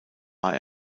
war